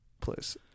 please